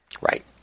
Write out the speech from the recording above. Right